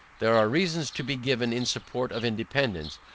there are reasons to be given in support of independance,